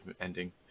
ending